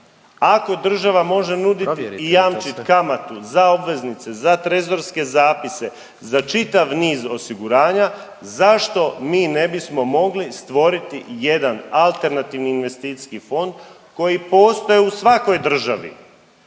Ako država može nuditi i jamčiti kamatu za obveznice, za trezorske zapise, za čitav niz osiguranja zašto mi ne bismo mogli stvoriti jedan alternativni investicijski fond koji postoji u svakoj državi,